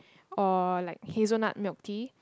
or like hazel nut milk tea